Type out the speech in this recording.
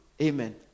Amen